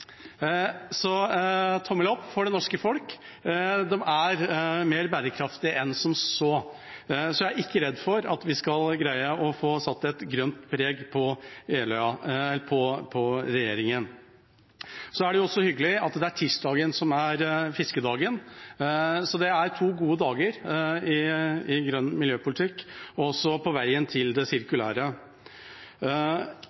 Så tommelen opp for det norske folk – de handler mer bærekraftig enn som så! Jeg er ikke redd for at vi ikke skal greie å få satt et grønt preg på regjeringa. Det er også hyggelig at det er tirsdagen som er fiskedagen. Så det er to gode dager i grønn miljøpolitikk også på veien til det